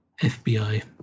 FBI